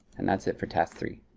and that's it for task three.